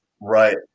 Right